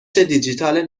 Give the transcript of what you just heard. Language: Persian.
دیجیتال